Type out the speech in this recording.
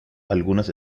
algunas